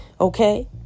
Okay